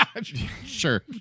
Sure